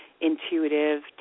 intuitive